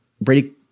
Brady –